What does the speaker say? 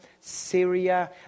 Syria